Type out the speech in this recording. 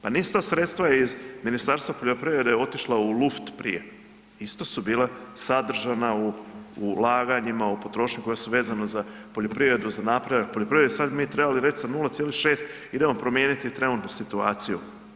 Pa nisu ta sredstva iz Ministarstva poljoprivrede otišla u luft prije, isto su bila sadržana u, u ulaganjima, u potrošnji koja su vezano za poljoprivredu, za napredak poljoprivrede i sad bi trebali reć sa 0,6 idemo promijeniti trenutnu situaciju.